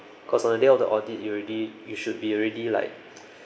cause on the day of the audit you already you should be already like